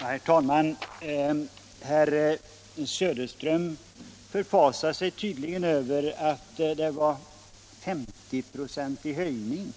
Herr talman! Herr Söderström förfasar sig över att jag sade att det blir en 50-procentig höjning